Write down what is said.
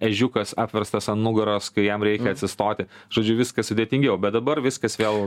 ežiukas apverstas ant nugaros kai jam reikia atsistoti žodžiu viskas sudėtingiau bet dabar viskas vėl